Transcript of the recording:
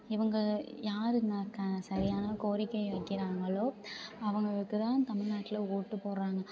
இவங்க யாருனாக்கா சரியான கோரிக்கை வைக்கிறாங்களோ அவங்களுக்கு தான் தமிழ்நாட்ல ஓட்டு போடுறாங்க